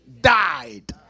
died